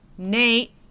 Nate